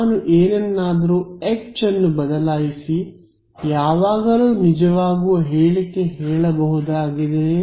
ನಾನು ಏನನ್ನಾದರೂ H ಅನ್ನು ಬದಲಾಯಿಸಿ ಯಾವಾಗಲೂ ನಿಜವಾಗುವ ಹೇಳಿಕೆ ಹೇಳಬಹುದಾಗಲಿದೆಯೇ